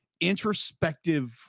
introspective